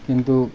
কিন্তু